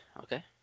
okay